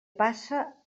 passa